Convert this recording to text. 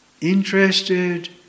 Interested